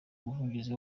muvugizi